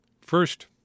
First